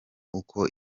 uko